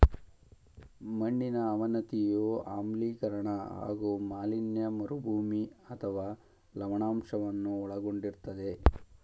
ಮಣ್ಣಿನ ಅವನತಿಯು ಆಮ್ಲೀಕರಣ ಹಾಗೂ ಮಾಲಿನ್ಯ ಮರುಭೂಮಿ ಅಥವಾ ಲವಣಾಂಶವನ್ನು ಒಳಗೊಂಡಿರ್ತದೆ